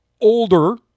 older